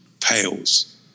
pales